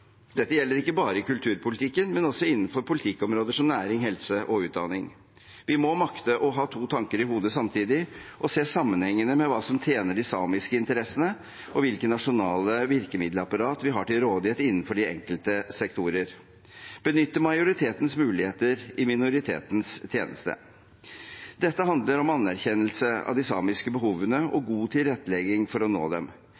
Dette gjelder ikke bare i kulturpolitikken, men også innenfor politikkområder som næring, helse og utdanning. Vi må makte å ha to tanker i hodet samtidig og se sammenhengen mellom hva som tjener de samiske interessene, og hvilke nasjonale virkemiddelapparater vi har til rådighet innenfor de enkelte sektorer. Vi må benytte majoritetens muligheter i minoritetens tjeneste. Dette handler om anerkjennelse av de samiske behovene og god tilrettelegging for å nå dem.